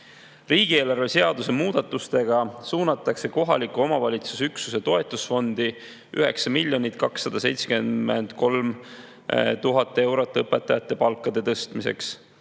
Riigieelarve seaduse muudatustega suunatakse kohaliku omavalitsuse üksuse toetusfondi 9 273 000 eurot õpetajate palkade tõstmiseks.